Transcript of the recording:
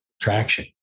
traction